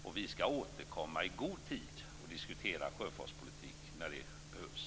Och vi skall återkomma i god tid och diskutera sjöfartspolitik när det behövs.